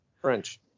French